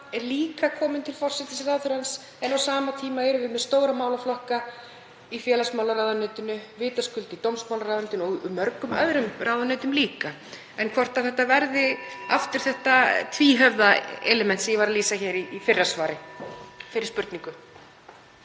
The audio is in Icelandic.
líka kominn til forsætisráðherrans en á sama tíma erum við með stóra málaflokka í félagsmálaráðuneytinu, vitaskuld í dómsmálaráðuneytinu og mörgum öðrum ráðuneytum líka. Hvort þetta verði (Forseti hringir.) aftur þetta tvíhöfða element sem ég var að lýsa hér í fyrra svari, fyrri spurningu.